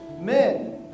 men